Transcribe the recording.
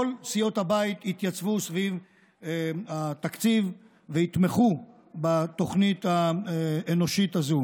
כל סיעות הבית יתייצבו סביב התקציב ויתמכו בתוכנית האנושית הזאת.